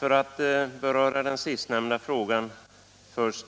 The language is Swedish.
Låt mig beröra den sistnämnda frågan först.